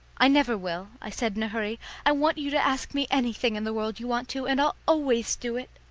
i never will, i said in a hurry i want you to ask me anything in the world you want to, and i'll always do it.